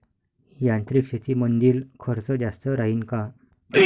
यांत्रिक शेतीमंदील खर्च जास्त राहीन का?